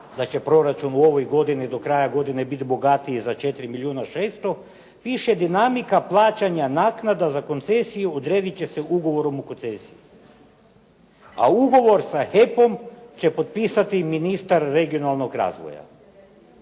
da će proračun u ovoj godini do kraja godine biti bogatiji za 4 milijuna 600 piše dinamika plaćanja naknada za koncesiju odredit će se ugovorom o koncesiji. A ugovor sa HEP-om će potpisati ministar regionalnog razvoja.